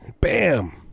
Bam